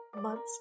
months